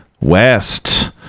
West